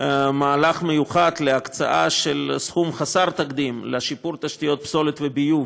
מהלך מיוחד להקצאה של סכום חסר תקדים לשיפור תשתיות פסולת וביוב